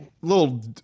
little